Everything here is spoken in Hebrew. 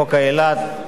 חוק אילת,